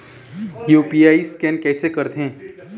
UPI scan कइसे करथे?